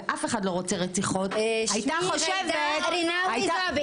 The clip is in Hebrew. ואף אחד לא רוצה רציחות הייתה חושבת --- שמי גי'דא רינאוי זועבי.